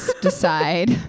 decide